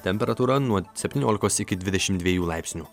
temperatūra nuo septyniolikos iki dvidešim dviejų laipsnių